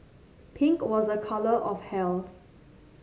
pink was a colour of health